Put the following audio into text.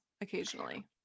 occasionally